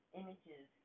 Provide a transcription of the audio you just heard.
images